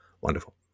Wonderful